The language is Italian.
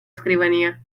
scrivania